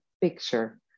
picture